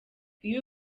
iyo